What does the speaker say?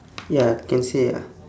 ya can say ah